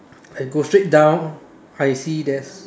I go straight down I see there's